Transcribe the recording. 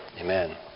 amen